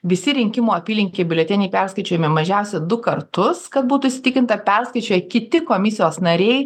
visi rinkimų apylinkėj biuleteniai perskaičiuojami mažiausia du kartus kad būtų įtikinta perskaičiuoja kiti komisijos nariai